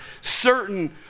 certain